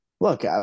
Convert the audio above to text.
Look